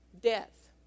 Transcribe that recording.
Death